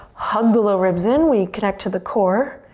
hug the low ribs in. we connect to the core.